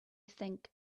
think